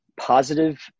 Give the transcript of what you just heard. positive